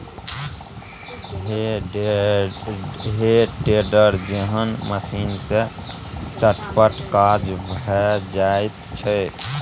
हे टेडर जेहन मशीन सँ चटपट काज भए जाइत छै